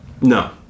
No